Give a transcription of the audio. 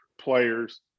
players